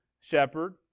shepherd